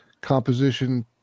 composition